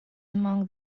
among